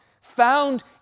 found